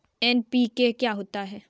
NPK क्या होता है?